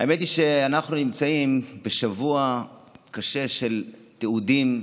האמת היא שאנחנו נמצאים בשבוע קשה של תיעודים,